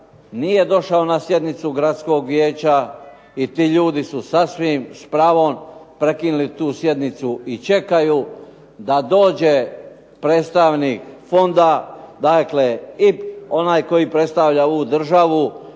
nije došao na sjednicu gradskog vijeća i ti ljudi su sasvim s pravom prekinuli tu sjednicu i čekaju da dođe predstavnik fonda, dakle i onaj koji predstavlja ovu državu